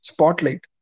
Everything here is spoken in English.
Spotlight